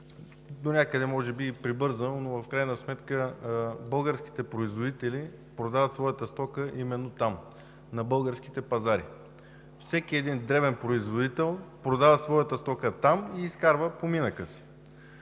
донякъде може би и прибързано, но в крайна сметка българските производители продават своята стока именно там – на българските пазари. Всеки един дребен производител продава своята стока там и изкарва поминъка си.